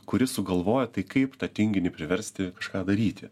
kuris sugalvojo tai kaip tą tinginį priversti kažką daryti